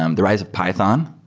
um the rise of python.